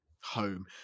home